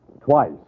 Twice